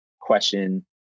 question